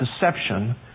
deception